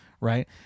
Right